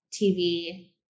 TV